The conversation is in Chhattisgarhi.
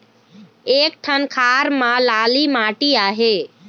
एक ठन खार म लाली माटी आहे?